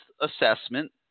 assessment